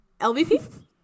LVP